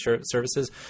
services